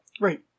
Right